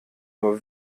nur